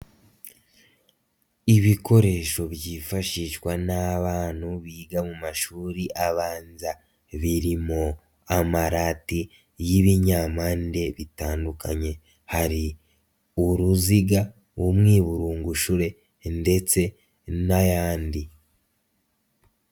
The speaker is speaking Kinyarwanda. Ibikoresho byifashishwa n'abantu biga mu mashuri abanza birimo amarati y'ibinyampande bitandukanye, hari uruziga, umwiburungushure ndetse n'ayandi.